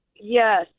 Yes